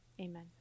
Amen